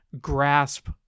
grasp